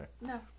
No